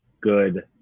good